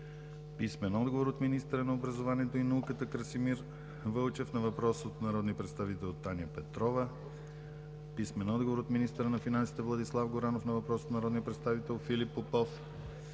и Севим Али; - министъра на образованието и науката Красимир Вълчев на въпрос от народния представител Таня Петрова; - министъра на финансите Владислав Горанов на въпрос от народния представител Филип Попов;